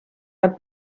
are